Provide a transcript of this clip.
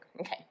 Okay